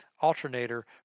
alternator